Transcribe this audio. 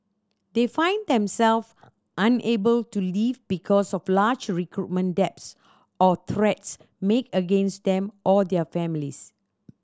they find them self unable to leave because of large recruitment debts or threats made against them or their families